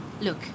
Look